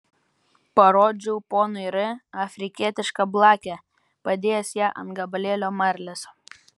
parodžiau ponui r afrikietišką blakę padėjęs ją ant gabalėlio marlės